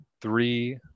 three